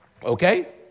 Okay